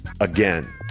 again